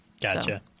Gotcha